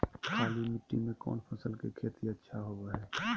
काली मिट्टी में कौन फसल के खेती अच्छा होबो है?